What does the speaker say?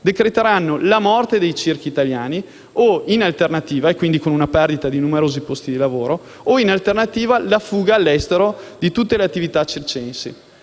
decreterà la morte dei circhi italiani, con la perdita di numerosi posti di lavoro, o, in alternativa, la fuga all'estero di tutte le attività circensi.